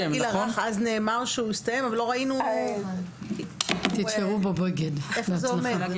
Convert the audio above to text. אז נאמר שהוא הסתיים, אבל לא ראינו איפה זה עומד.